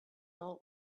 old